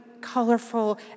colorful